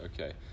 okay